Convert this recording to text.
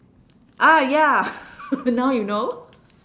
ah ya now you know